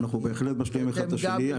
אנחנו בהחלט משלימים אחד את השני.